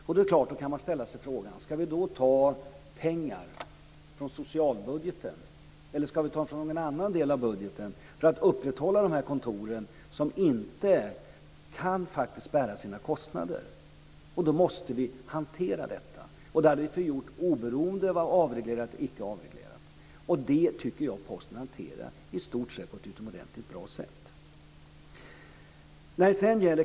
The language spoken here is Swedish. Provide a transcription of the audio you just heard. Då kan man självklart ställa sig frågan: Ska vi ta pengar från socialbudgeten eller från någon annan del av budgeten för att upprätthålla de här kontoren, som faktiskt inte kan bära sina kostnader? Således måste vi hantera detta, och det hade vi fått göra oberoende av om det är avreglerat eller icke avreglerat. Detta tycker jag Posten hanterar i stort sett på ett utomordentligt bra sätt.